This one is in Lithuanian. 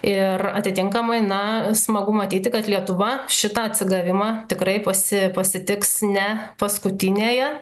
ir atitinkamai na smagu matyti kad lietuva šitą atsigavimą tikrai pasi pasitiks ne paskutinėje